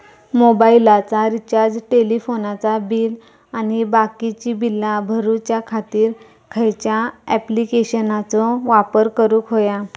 मोबाईलाचा रिचार्ज टेलिफोनाचा बिल आणि बाकीची बिला भरूच्या खातीर खयच्या ॲप्लिकेशनाचो वापर करूक होयो?